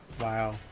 Wow